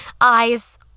eyes